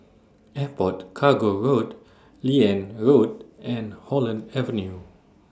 Airport Cargo Road Liane Road and Holland Avenue